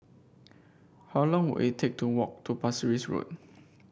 how long will it take to walk to Pasir Ris Road